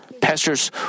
pastors